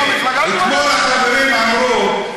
אתמול החברים אמרו,